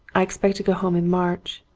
i expect to go home in march.